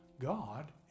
God